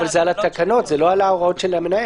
אבל זה על התקנות, זה לא על ההוראות של המנהל.